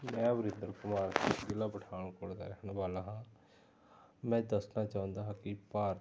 ਮੈਂ ਵਰਿੰਦਰ ਕੁਮਾਰ ਜ਼ਿਲ੍ਹਾ ਪਠਾਨਕੋਟ ਦਾ ਰਹਿਣ ਵਾਲਾ ਹਾਂ ਮੈਂ ਦੱਸਣਾ ਚਾਹੁੰਦਾ ਕਿ ਭਾਰਤ